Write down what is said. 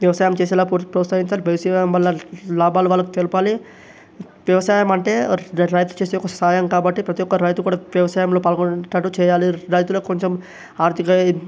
వ్యవసాయం చేసేలా ప్రోత్సహించాలి వ్యవసాయం వల్ల లాభాలు వాళ్లకు తెలపాలి వ్యవసాయం అంటే రైతు చేసే ఒక సహాయం కాబట్టి ప్రతి ఒక్క రైతు కూడా వ్యవసాయంలో పాల్గొనేనట్టు చేయాలి రైతులకు కొంచెం ఆర్థిక